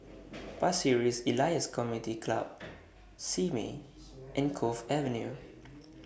Pasir Ris Elias Community Club Simei and Cove Avenue